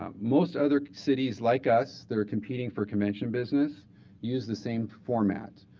um most other cities like us that are competing for conventional business use the same format.